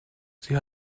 sie